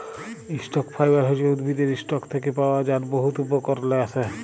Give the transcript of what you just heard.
stock fibre হছে উদ্ভিদের ইসটক থ্যাকে পাওয়া যার বহুত উপকরলে আসে